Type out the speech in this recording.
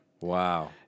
Wow